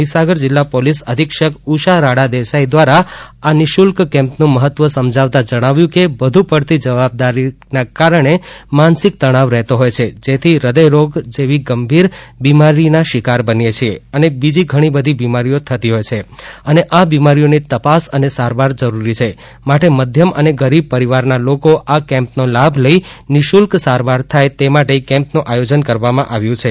મહીસાગર જિલ્લા પોલીસ અધિક્ષક ઉષા રાડા દેસાઈ દ્વારા આ નિઃશુલ્ક કેમ્પ નું મહત્વ સમજાવતા જણાવ્યું કે વધું પડતી જવાબદારીના કારણે માનસિક તણાવ રહેતો હોય છે જેથી હૃદય રોગ જેવી ગંભીર બીમારીના શિકાર બનીએ છે અને બીજી ઘણી બધી બીમારીઓ થતી હોય છે અને આ બીમારીઓની તપાસ અને સારવાર જરૂરી છે માટે મધ્યમ અને ગરીબ પરિવારના લોકો આ કેમ્પનો લાભ લઇ નિઃશુલ્ક સારવાર થાય તે માટે કેમ્પનું આયોજન કરવામાં આવ્યું છે